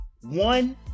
One